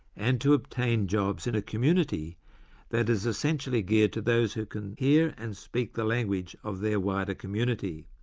and to obtain jobs in a community that is essentially geared to those who can hear and speak the language of their wider community.